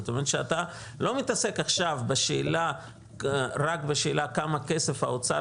זאת אומרת שאתה לא מתעסק עכשיו רק בשאלה כמה כסף האוצר